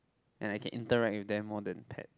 and I can interact with them more than pet